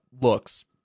looks